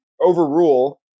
overrule